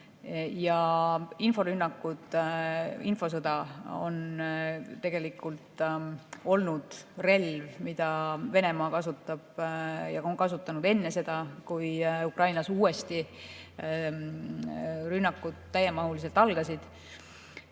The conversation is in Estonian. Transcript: Ja inforünnakud, infosõda on tegelikult olnud relv, mida Venemaa on kasutanud ka enne seda, kui Ukrainas uuesti rünnakud täiemahuliselt algasid.